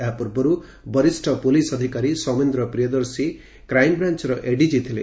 ଏହା ପୂର୍ବରୁ ବରିଷ୍ ପୁଲିସ ଅଧିକାରୀ ସୌମେନ୍ର ପ୍ରିୟଦର୍ଶୀ କ୍ରାଇମ୍ ବ୍ରାଞ୍ର ଏଡିଜି ଥିଲେ